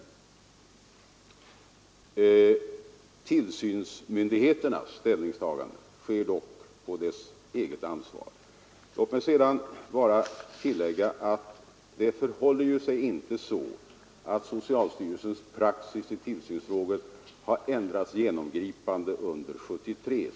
Tillsynsmyndigheternas ställningstagande sker dock på deras eget ansvar. Låt mig sedan bara tillägga att det inte förhåller sig så, att socialstyrelsens praxis i tillsynsfrågor har ändrats genomgripande under 1973.